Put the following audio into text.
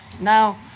Now